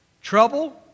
Trouble